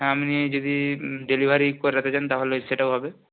হ্যাঁ আপনি যদি ডেলিভারি করাতে চান তাহলে সেটাও হবে